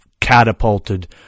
catapulted